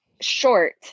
short